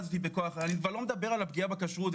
אני כבר לא מדבר על הפגיעה בכשרות,